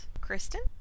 Kristen